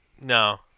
No